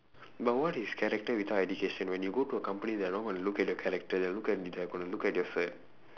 but what is character without education when you go to a company they are not gonna look at your character they will look at you they are gonna look at your cert